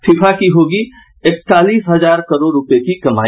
FIFA को होगी एकतालीस हजार करोड़ रूपये की कमाई